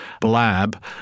blab